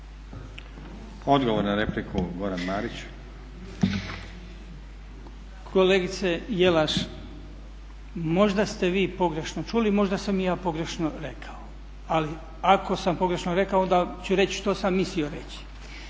**Marić, Goran (HDZ)** Kolegice Jelaš, možda ste vi pogrešno čuli, možda sam i ja pogrešno rekao, ali ako sam pogrešno rekao onda ću reći što sam mislio reći.